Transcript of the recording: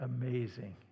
amazing